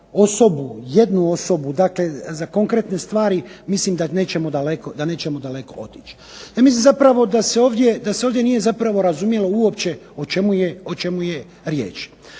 jednu osobu, dakle za konkretne stvari mislim da nećemo daleko otići. Ja mislim zapravo da se ovdje nije zapravo razumjelo uopće o čemu je riječ.